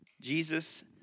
Jesus